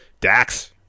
Dax